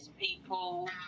people